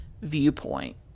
viewpoint